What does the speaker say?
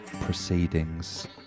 proceedings